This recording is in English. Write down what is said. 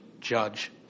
judge